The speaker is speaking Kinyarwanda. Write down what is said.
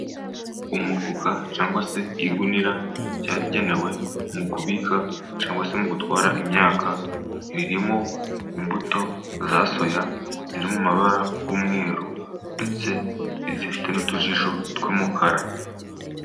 Umufuka cyangwa se igunira ryagenewe mu kubika cyangwa se mu gutwara imyaka, ririmo imbuto za soya ziri mu mabara y'umweru, ndetse zifite n'utujisho tw'umukara.